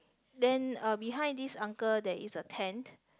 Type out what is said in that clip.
then uh behind this uncle there is a tent